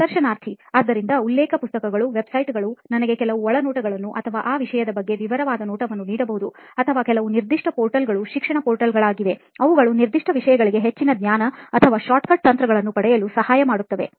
ಸಂದರ್ಶನಾರ್ಥಿ ಆದ್ದರಿಂದ ಉಲ್ಲೇಖ ಪುಸ್ತಕಗಳು websiteಗಳು ನನಗೆ ಕೆಲವು ಒಳನೋಟಗಳನ್ನು ಅಥವಾ ಆ ವಿಷಯದ ಬಗ್ಗೆ ವಿವರವಾದ ನೋಟವನ್ನು ನೀಡಬಹುದು ಅಥವಾ ಕೆಲವು ನಿರ್ದಿಷ್ಟ portal ಗಳು ಶಿಕ್ಷಣ portalಗಳಾಗಿವೆ ಅವುಗಳು ನಿರ್ದಿಷ್ಟ ವಿಷಯಗಳಿಗೆ ಹೆಚ್ಚಿನ ಜ್ಞಾನ ಅಥವಾ shortcut ತಂತ್ರಗಳನ್ನು ಪಡೆಯಲು ಸಹಾಯ ಮಾಡುತ್ತದೆ